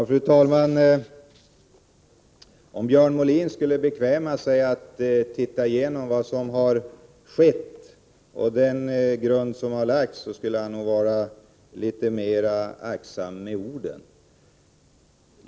Fru talman! Om Björn Molin skulle bekväma sig att titta igenom vad som har skett och studera den grund som har lagts, skulle han nog vara litet mera aktsam med orden.